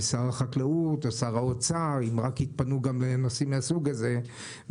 שר החקלאות או שר האוצר אם רק יתפנו לנושאים מהסוג הזה,